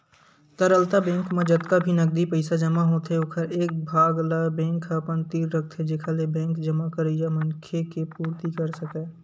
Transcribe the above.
तरलता बेंक म जतका भी नगदी पइसा जमा होथे ओखर एक भाग ल बेंक ह अपन तीर रखथे जेखर ले बेंक जमा करइया मनखे के पुरती कर सकय